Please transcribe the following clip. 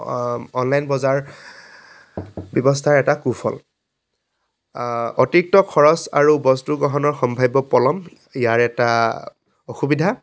online বজাৰ ব্যৱস্থাৰ এটা কুফল অতিৰিক্ত খৰচ আৰু বস্তু গ্ৰহণৰ সম্ভাৱ্য় পলম ইয়াৰ এটা অসুবিধা